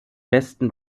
besten